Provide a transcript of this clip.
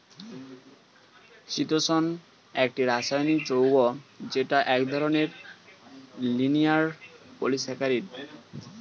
চিতোষণ একটি রাসায়নিক যৌগ যেটা এক ধরনের লিনিয়ার পলিসাকারীদ